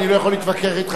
אני לא יכול להתווכח אתך,